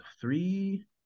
three